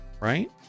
right